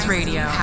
Radio